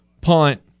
punt